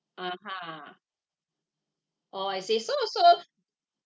(uh huh) oh I see so so